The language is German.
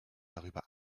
darüber